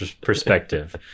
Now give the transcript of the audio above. perspective